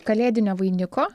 kalėdinio vainiko